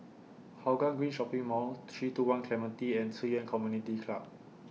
Hougang Green Shopping Mall three two one Clementi and Ci Yuan Community Club